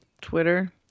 Twitter